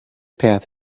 path